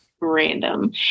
Random